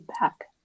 back